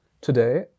Today